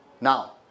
Now